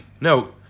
No